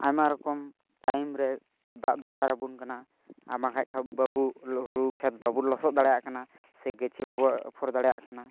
ᱟᱭ ᱟᱭᱢᱟ ᱨᱚᱠᱚᱢ ᱴᱟᱭᱤᱢ ᱨᱮ ᱫᱟᱜ ᱫᱚᱨᱠᱟᱨ ᱟᱵᱚᱱ ᱠᱟᱱᱟ ᱟᱨ ᱵᱟᱝᱠᱷᱟᱱ ᱵᱟᱵᱚ ᱦᱩᱲᱩ ᱠᱷᱮᱛ ᱵᱟᱵᱚᱱ ᱞᱚᱥᱚᱫ ᱫᱟᱲᱮᱭᱟᱜ ᱠᱟᱱᱟ ᱥᱮ ᱜᱟᱹᱪᱷᱤ ᱵᱟᱵᱚᱱ ᱟᱯᱷᱚᱨ ᱫᱟᱲᱮᱭᱟᱜ ᱠᱟᱱᱟ